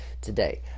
today